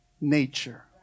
Nature